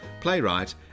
playwright